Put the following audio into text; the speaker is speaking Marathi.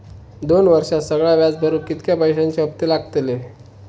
दोन वर्षात सगळा व्याज भरुक कितक्या पैश्यांचे हप्ते लागतले?